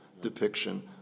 depiction